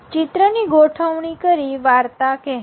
ચિત્ર ની ગોઠવણી કરી વાર્તા કહેવી